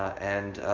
and,